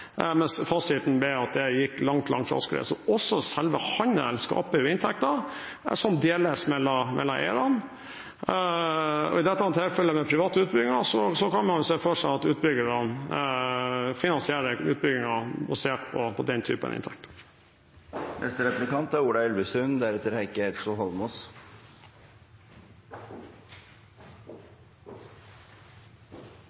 men fasiten ble at det gikk langt, langt raskere. Så også selve handelen skaper inntekter, som deles mellom eierne. Og i dette tilfellet med private utbygginger, kan man se for seg at utbyggerne finansierer utbyggingen basert på den typen inntekter. Vi vedtar i dag flere forslag som kommer til å stille store krav til Enova, enten det er